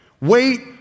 wait